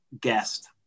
guest